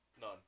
None